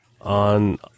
on